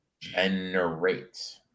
generate